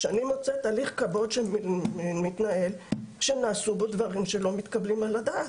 כשאני מוצאת הליך קבו"ד שמתנהל שנעשו בו דברים שלא מתקבלים על הדעת,